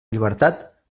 llibertat